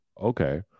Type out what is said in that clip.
Okay